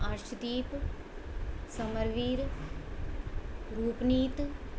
Arshdeep Samarveer Rupneet